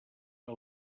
que